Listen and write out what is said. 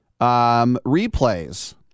Replays